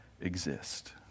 exist